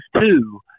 two –